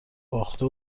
باخته